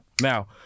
now